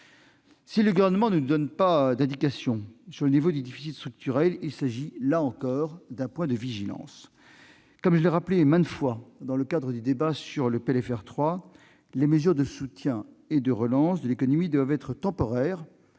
Si le Gouvernement ne nous donne pas d'indication sur le niveau du déficit structurel, il s'agit, là encore, d'un point de vigilance. Comme je l'ai rappelé maintes fois dans le cadre du débat sur le PLFR 3, les mesures de soutien et de relance de l'économie doivent être immédiates,